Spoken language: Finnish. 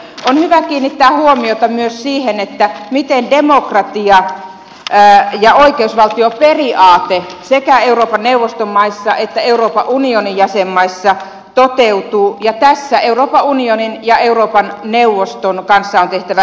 on hyvä kiinnittää huomiota myös siihen miten demokratia ja oikeusvaltioperiaate sekä euroopan neuvoston maissa että euroopan unionin jäsenmaissa toteutuvat ja tässä euroopan unionin ja euroopan neuvoston kanssa on tehtävä yhteistyötä